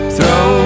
Throw